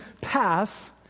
pass